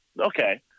okay